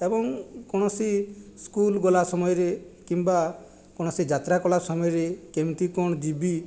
ଏବଂ କୌଣସି ସ୍କୁଲ ଗଲା ସମୟରେ କିମ୍ବା କୌଣସି ଯାତ୍ରା କଲା ସମୟରେ କେମିତି କଣ ଯିବି